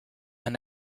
and